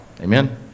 amen